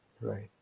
Right